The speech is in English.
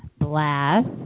Blast